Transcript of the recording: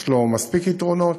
יש לו מספיק יתרונות